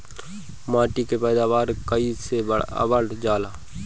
माटी के पैदावार कईसे बढ़ावल जाला?